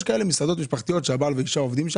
יש מסעדות משפחתיות שבהן הבעל והאישה עובדים,